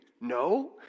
no